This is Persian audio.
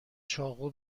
چاقو